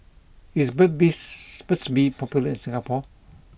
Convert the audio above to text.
is Burt bee's Burt's Bee popular in Singapore